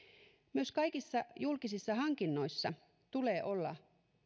myös kaikissa julkisissa hankinnoissa tulee olla